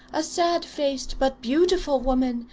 a sad-faced but beautiful woman,